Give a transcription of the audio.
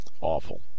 Awful